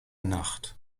nacht